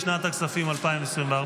לשנת הכספים 2024,